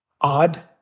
odd